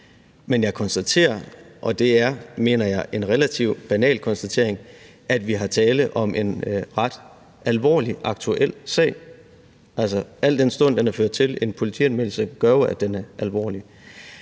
Men jeg konstaterer, og det er, mener jeg, en relativt banal konstatering, at vi har tale om en ret alvorlig aktuel sag. Altså, al den stund at den har ført til en politianmeldelse, gør jo, at den er alvorlig.